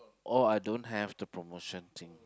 oh I don't have the promotion thing